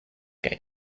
kaj